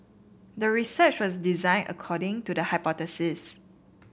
the research was designed according to the hypothesis